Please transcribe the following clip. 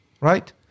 right